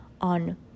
on